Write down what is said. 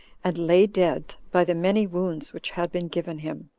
and lay dead, by the many wounds which had been given him.